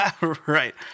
right